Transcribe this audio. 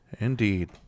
Indeed